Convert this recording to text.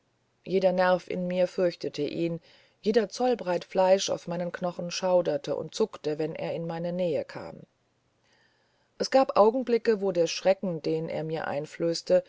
jeder nerv in mir fürchtete ihn und jeder zollbreit fleisch auf meinen knochen schauderte und zuckte wenn er in meine nähe kam es gab augenblicke wo der schrecken den er mir einflößte